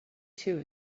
two